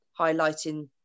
highlighting